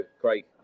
Great